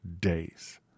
days